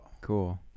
Cool